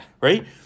Right